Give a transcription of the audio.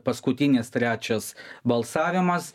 paskutinis trečias balsavimas